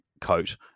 coat